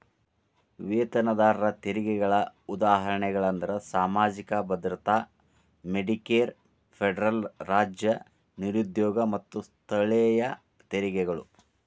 ವೇತನದಾರರ ತೆರಿಗೆಗಳ ಉದಾಹರಣೆಗಳಂದ್ರ ಸಾಮಾಜಿಕ ಭದ್ರತಾ ಮೆಡಿಕೇರ್ ಫೆಡರಲ್ ರಾಜ್ಯ ನಿರುದ್ಯೋಗ ಮತ್ತ ಸ್ಥಳೇಯ ತೆರಿಗೆಗಳು